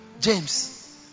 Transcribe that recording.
James